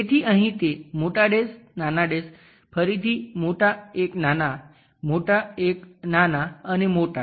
તેથી અહીં તે મોટા ડેશ નાના ડેશ ફરીથી મોટા એક નાના મોટા એક નાના અને મોટા